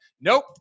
Nope